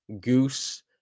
Goose